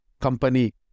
company